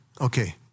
Okay